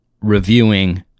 reviewing